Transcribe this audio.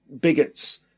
bigots